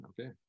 Okay